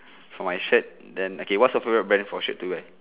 for my shirt then okay what's your favourite brand for shirt to wear